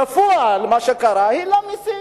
בפועל מה שקרה, הוא העלה מסים.